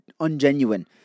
ungenuine